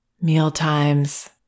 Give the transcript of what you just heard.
mealtimes